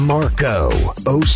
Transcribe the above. Marco